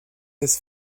this